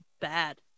bad